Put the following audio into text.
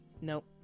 Nope